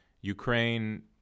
Ukraine—